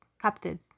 captive